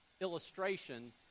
illustration